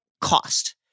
cost